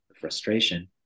frustration